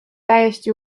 täiesti